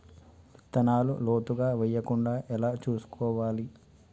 విత్తనాలు లోతుగా వెయ్యకుండా ఎలా చూసుకోవాలి?